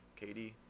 KD